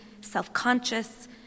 self-conscious